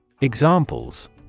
Examples